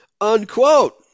unquote